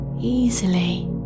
easily